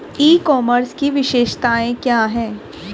ई commerce की विशेषताएं क्या हैं?